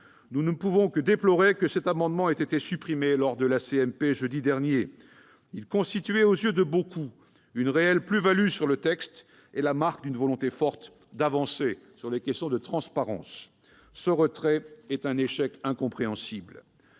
Nous ne pouvons que déplorer que cet amendement ait été supprimé lors de la CMP, jeudi dernier. Il constituait, aux yeux de beaucoup, une réelle plus-value pour le texte et la marque d'une volonté forte d'avancer sur les questions de transparence. Cette suppression est un échec incompréhensible.